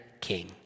king